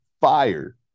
fire